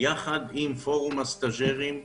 יחד עם פורום הסטאז'רים,